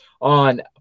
on